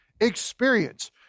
experience